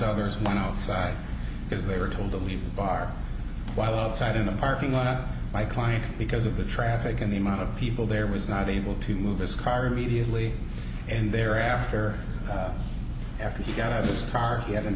others one outside because they were told to leave the bar while outside in the parking lot my client because of the traffic and the amount of people there was not able to move his car immediately and thereafter after he got out of his car he had an